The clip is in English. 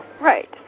Right